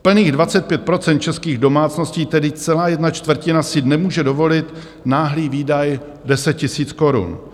Plných 25 % českých domácností, tedy celá jedna čtvrtina, si nemůže dovolit náhlý výdaj 10 000 korun.